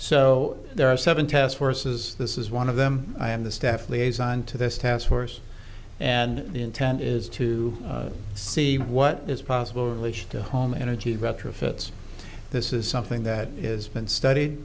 so there are seven task forces this is one of them i am the staff liaison to this task force and the intent is to see what is possible relation to home energy retrofits this is something that is been studied